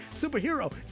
superhero